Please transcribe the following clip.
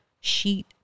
sheet